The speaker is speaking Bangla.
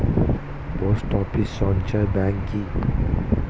পোস্ট অফিস সঞ্চয় ব্যাংক কি?